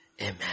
Amen